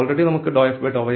അതിനാൽ ഇവിടെ ∂f∂yx∂h∂y